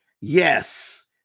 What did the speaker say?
Yes